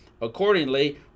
accordingly